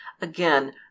Again